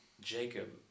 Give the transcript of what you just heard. Jacob